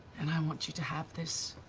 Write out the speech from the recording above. and i want you to have this,